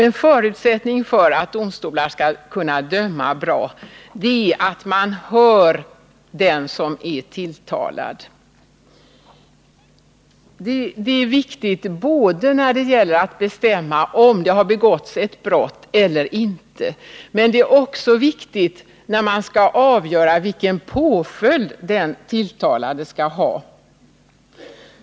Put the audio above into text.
En förutsättning för att domstolar skall kunna döma bra är att man hör den som är tilltalad. Det är viktigt när det gäller att bestämma om det har begåtts ett brott eller inte, men det är också viktigt när man skall avgöra vilken påföljd den tilltalade skall ha.